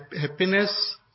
Happiness